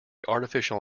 artificial